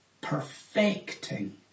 perfecting